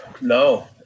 No